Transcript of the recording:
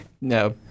No